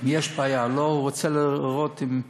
אם יש בעיה או לא, כדי לראות אם החמירו,